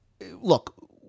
Look